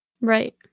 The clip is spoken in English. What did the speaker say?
Right